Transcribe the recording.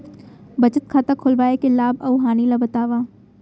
बचत खाता खोलवाय के लाभ अऊ हानि ला बतावव?